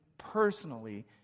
personally